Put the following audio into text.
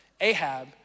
Ahab